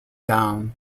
down